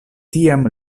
tiam